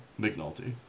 McNulty